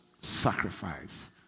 sacrifice